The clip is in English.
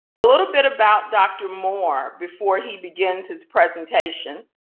a little bit about dr. moore before he begins his presentation,